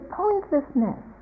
pointlessness